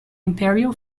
imperial